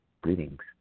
greetings